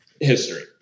history